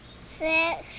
Six